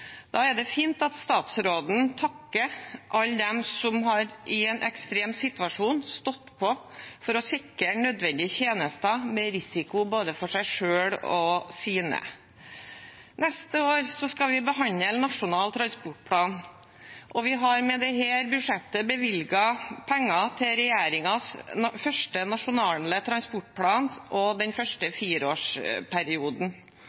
Da er det fint at statsråden takker alle dem som i en ekstrem situasjon har stått på for å sikre nødvendige tjenester, med risiko for både seg selv og sine. Neste år skal vi behandle Nasjonal transportplan. Vi har med dette budsjettet bevilget penger til regjeringens første nasjonale transportplan og den